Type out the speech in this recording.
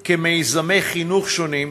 כי מיזמי חינוך שונים,